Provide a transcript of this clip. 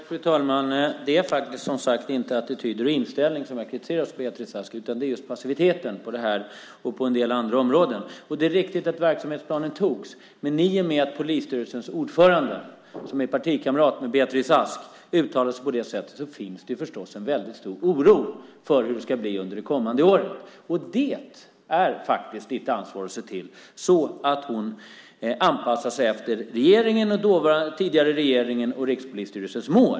Fru talman! Det är, som sagt, inte attityder och inställning som jag kritiserar hos Beatrice Ask, utan det gäller just passiviteten på det här området och på en del andra områden. Det är riktigt att verksamhetsplanen togs. Men i och med att polisstyrelsens ordförande, som är partikamrat till Beatrice Ask, uttalat sig på nämnda sätt finns det förstås en väldigt stor oro för hur det ska bli under de kommande åren. Det är faktiskt ditt ansvar att se till att hon anpassar sig efter regeringens och efter den tidigare regeringens och Rikspolisstyrelsens mål.